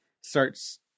starts